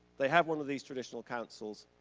they have one of these traditional counsels,